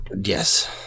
Yes